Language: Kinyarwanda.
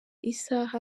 isaha